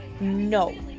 no